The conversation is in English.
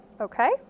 Okay